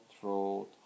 throat